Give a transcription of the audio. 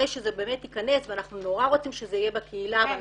אחרי שזה באמת ייכנס ואנחנו נורא רוצים שזה יהיה בקהילה --- אבל